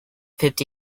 fifty